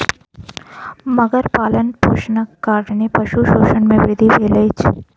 मगर पालनपोषणक कारणेँ पशु शोषण मे वृद्धि भेल अछि